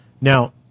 Now